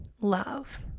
love